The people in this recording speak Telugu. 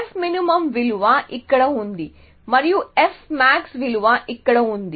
fmin విలువ ఇక్కడ ఉంది మరియు fmax విలువ ఇక్కడ ఉంది